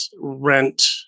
rent